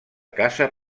casa